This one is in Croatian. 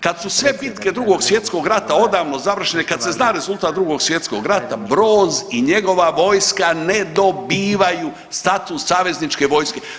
Kad su sve bitke Drugog svjetskog rata odavno završene, kad se zna rezultat Drugog svjetskog rata, Broz i njegova vojska ne dobivaju status savezničke vojske.